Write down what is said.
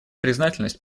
признательность